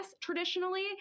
traditionally